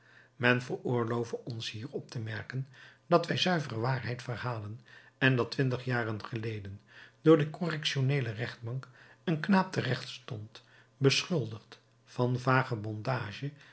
men veroorlove ons hier op te merken dat wij zuivere waarheid verhalen en dat twintig jaren geleden voor de correctioneele rechtbank een knaap terechtstond beschuldigd van vagebondage